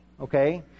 okay